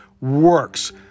Works